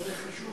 אבל בחישוב